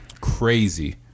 Crazy